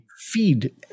feed